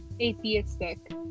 atheistic